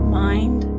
mind